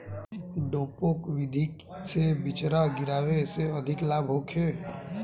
डेपोक विधि से बिचरा गिरावे से अधिक लाभ होखे?